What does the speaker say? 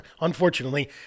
unfortunately